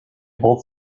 both